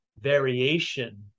variation